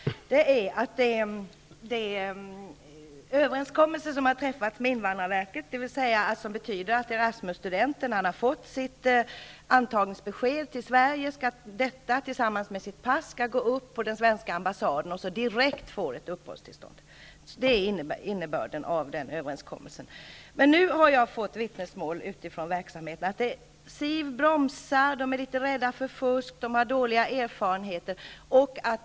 De överenskommelser som har träffats med invandrarverket betyder att när ERASMUS-studenterna har fått sitt antagningsbesked från Sverige skall de gå upp på den svenska ambassaden med detta tillsammans med sitt pass och direkt få ett uppehållstillstånd. Det är innebörden av den överenskommelsen. Men nu har jag fått vittnesmål från verksamheten att SIV bromsar, att man är litet rädd för fusk och har dåliga erfarenheter.